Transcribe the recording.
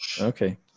Okay